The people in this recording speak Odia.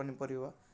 ପନିପରିବା